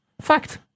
Fact